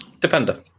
defender